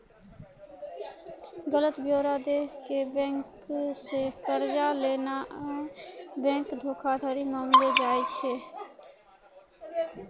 गलत ब्योरा दै के बैंको से कर्जा लेनाय बैंक धोखाधड़ी मानलो जाय छै